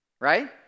right